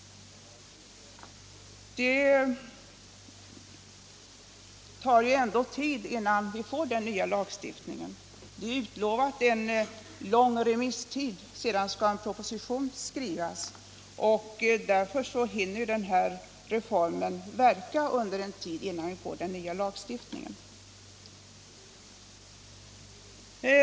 Det tar ju ändå tid innan vi får den nya lagstiftningen — det har utlovats en lång remisstid och sedan skall en proposition skrivas. Därför hinner reformen verka en tid innan vi får den nya lagstiftningen.